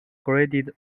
graded